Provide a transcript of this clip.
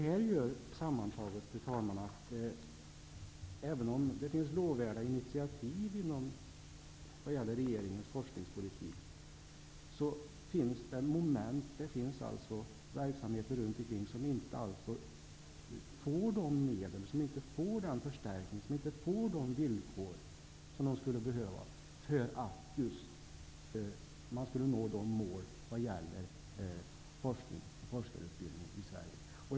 Detta gör sammantaget, fru talman, att även om det finns lovvärda initiativ inom regeringens forskningspolitik, finns det verksamheter runt omkring som inte får de medel, inte den förstärkning och inte de villkor som de skulle behöva för att nå målen för forskarutbildningen i Sverige.